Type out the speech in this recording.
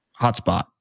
hotspot